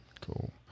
Cool